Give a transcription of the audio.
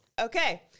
Okay